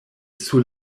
sur